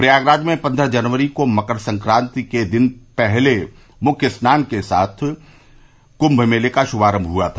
प्रयागराज में पन्द्रह जनवरी को मकर संक्रांति के दिन पहले मुख्य स्नान के साथ ही कुंभ मेले का शुभारम्भ हुआ था